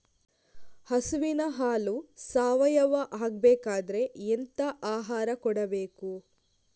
ಹಸುವಿನ ಹಾಲು ಸಾವಯಾವ ಆಗ್ಬೇಕಾದ್ರೆ ಎಂತ ಆಹಾರ ಕೊಡಬೇಕು?